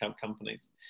companies